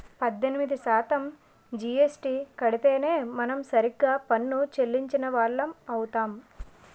పద్దెనిమిది శాతం జీఎస్టీ కడితేనే మనం సరిగ్గా పన్ను చెల్లించిన వాళ్లం అవుతాం